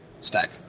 stack